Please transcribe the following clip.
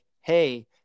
hey